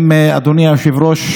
אדוני היושב-ראש,